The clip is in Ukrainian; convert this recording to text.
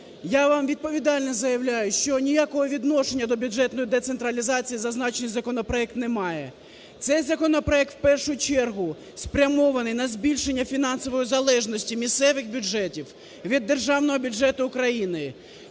Я вам відповідально заявляю, що ніякого відношення до бюджетної децентралізації зазначений законопроект не має. Цей законопроект, в першу чергу, спрямований на збільшення фінансової залежності місцевих бюджетів від державного бюджету України.